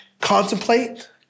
contemplate